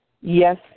Yes